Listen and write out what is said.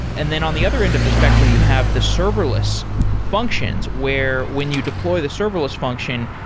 and then on the other end of the spectrum, you have the serverless functions, where when you deploy the serverless function,